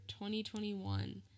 2021